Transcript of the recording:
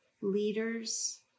leaders